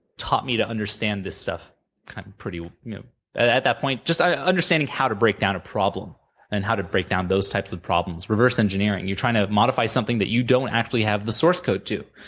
taught me to understand this stuff kind of pretty at that point, just ah understanding how to break down a problem and how to break down those types of problems. reverse engineering you're trying to modify something that you don't actually have the source code to.